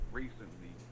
recently